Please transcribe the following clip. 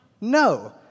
No